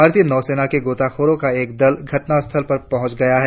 भारतीय नौसेना के गोताखोरों का एक दल घटना स्थल पर पहूंच गया है